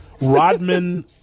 Rodman